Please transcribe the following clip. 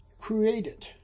created